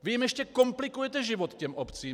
Vy jim ještě komplikujete život, těm obcím.